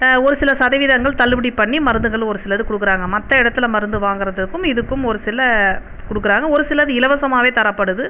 ஒரு சில சதவீதங்கள் தள்ளுபடி பண்ணி மருந்துகள் ஒரு சில இது கொடுக்குறாங்க மற்ற இடத்தில் மருந்து வாங்கிறத்துக்கும் இதுக்கும் ஒரு சில கொடுக்குறாங்க ஒரு சிலது இலவசமாவே தரப்படுது